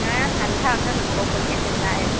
हाँ धंधा उन्धा तो बहुत बढ़िया चल रहा है